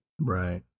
Right